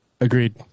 Agreed